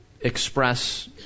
express